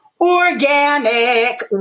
Organic